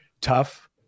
tough